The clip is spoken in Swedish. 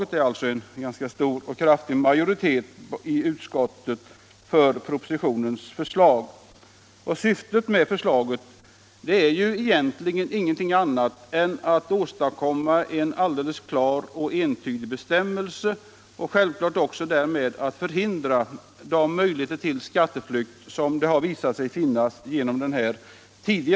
Det är alltså en ganska stor och kraftig majoritet i utskottet för propositionens förslag. Syftet med förslaget är att åstadkomma en klar och entydig bestämmelse och att därmed ta bort de möjligheter till skatteflykt som den tidigare bestämmelsen visat sig erbjuda.